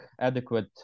adequate